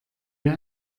wir